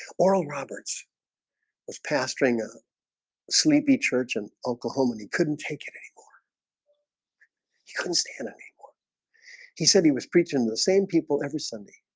oral roberts was pastoring a sleepy church and oklahoma. and he couldn't take it anymore he couldn't stand any more he said he was preaching the same people every sunday